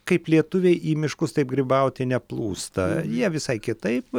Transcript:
kaip lietuviai į miškus taip grybauti neplūsta jie visai kitaip